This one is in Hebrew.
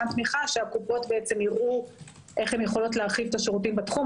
תמיכה שהקופות יראו איך הן יכולות להרחיב את השירותים בתחום.